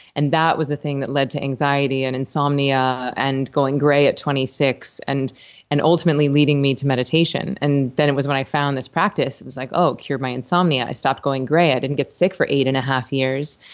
and that was the thing that led to anxiety and insomnia and going gray at twenty six, and and ultimately leading me to meditation. then it was when i found this practice, it was like, oh. cured my insomnia. i stopped going gray. i didn't get sick for eight and a half years.